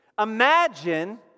Imagine